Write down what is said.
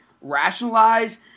rationalize